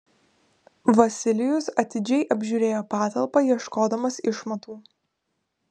vasilijus atidžiai apžiūrėjo patalpą ieškodamas išmatų